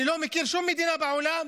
אני לא מכיר שום מדינה בעולם